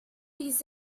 these